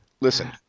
Listen